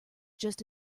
just